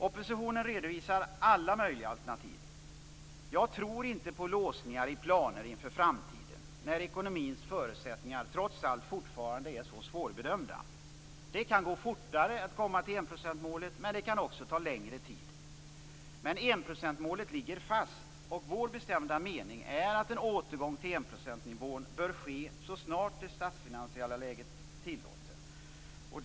Oppositionen redovisar alla möjliga alternativ. Jag tror inte på låsningar i planer inför framtiden när ekonomins förutsättningar trots allt fortfarande är så svårbedömda. Det kan gå fortare att komma fram till enprocentsmålet, men det kan också ta längre tid. Enprocentsmålet ligger dock fast, och det är vår bestämda mening att en återgång till enprocentsnivån bör ske så snart det statsfinansiella läget tillåter det.